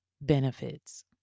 benefits